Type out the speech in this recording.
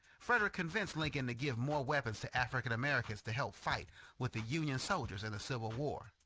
frederick convinced lincoln to give more weapons to african americans to help fight with the union soldiers in the civil war.